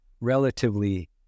relatively